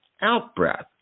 out-breath